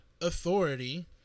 authority